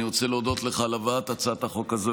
אני רוצה להודות לך על הבאת הצעת החוק הזו.